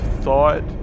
thought